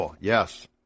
Yes